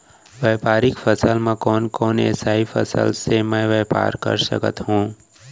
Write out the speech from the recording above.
व्यापारिक फसल म कोन कोन एसई फसल से मैं व्यापार कर सकत हो?